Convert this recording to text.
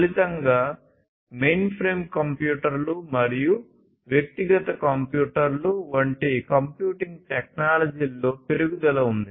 ఫలితంగా మెయిన్ఫ్రేమ్ కంప్యూటర్లు మరియు వ్యక్తిగత కంప్యూటర్లు వంటి కంప్యూటింగ్ టెక్నాలజీలలో పెరుగుదల ఉంది